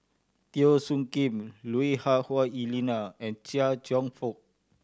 Teo Soon Kim Lui Hah Wah Elena and Chia Cheong Fook